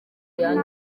ari